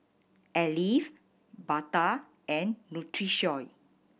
alive Bata and Nutrisoy